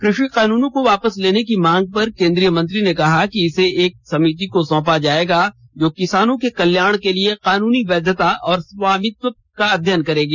कृषि कानूनों को वापस लेने की मांग पर केंद्रीय मंत्री ने कहा कि इसे एक समिति को सौंपा जाएगा जो किसानों के कल्याण के लिए कानूनी वैधता और स्वामित्व का अध्ययन करेगी